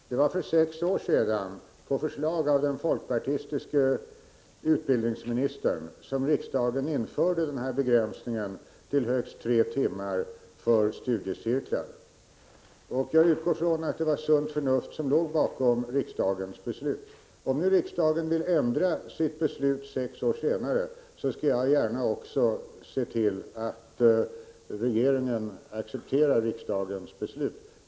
Fru talman! Det var för sex år sedan, på förslag av den folkpartistiske utbildningsministern, som riksdagen införde den här begränsningen till högst tre timmar för studiecirklar. Jag utgår från att det var sunt förnuft som då låg bakom riksdagens beslut. Om riksdagen vill ändra sitt beslut nu sex år senare skall jag gärna se till att regeringen accepterar riksdagens beslut.